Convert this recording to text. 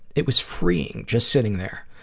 it was freeing just sitting there.